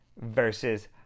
versus